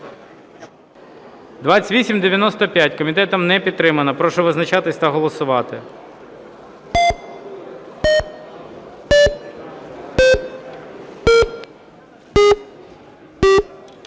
2714. Комітетом не підтримана. Прошу визначатися та голосувати.